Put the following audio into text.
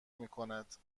میکند